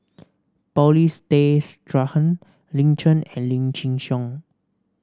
Paulin Stay Straughan Lin Chen and Lim Chin Siong